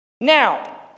Now